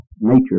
Nature